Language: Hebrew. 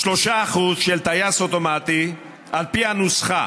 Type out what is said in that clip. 3% של טייס אוטומטי על פי הנוסחה